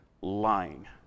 lying